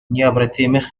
необратимых